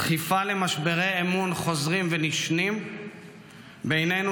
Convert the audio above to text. דחיפה למשברי אמון חוזרים ונשנים בינינו